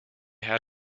had